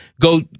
go